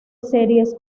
series